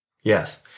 Yes